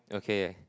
okay